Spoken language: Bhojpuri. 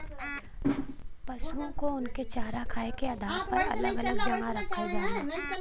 पसुओ को उनके चारा खाए के आधार पर अलग अलग जगह रखल जाला